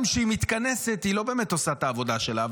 גם כשהיא מתכנסת היא לא באמת עושה את העבודה שלה.